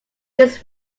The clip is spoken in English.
this